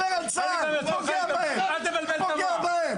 אתה פוגע בהם.